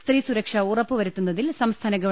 സ്ത്രീ സുരക്ഷ ഉറപ്പുവരുത്തുന്നതിൽ സംസ്ഥാന ഗ്വ